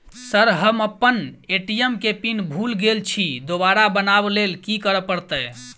Sir हम अप्पन ATM केँ पिन भूल गेल छी दोबारा बनाब लैल की करऽ परतै?